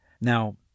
Now